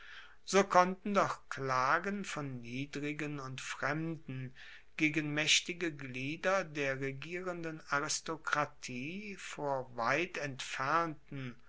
so konnten doch klagen von niedrigen und fremden gegen maechtige glieder der regierenden aristokratie vor weit entfernten